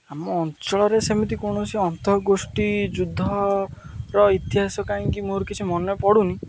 ଆମ ଅଞ୍ଚଳରେ ସେମିତି କୌଣସି ଅନ୍ତଃଗୋଷ୍ଠୀ ଯୁଦ୍ଧର ଇତିହାସ କାହିଁକି ମୋର କିଛି ମନେପଡ଼ୁନି